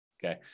Okay